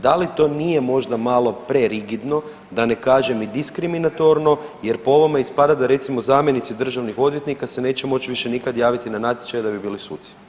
Da li to nije možda malo pre rigidno, da ne kažem i diskriminatorno jer po ovome ispada da recimo zamjenici državnih odvjetnika se neće moći više nikad javiti na natječaj da bi bili suci?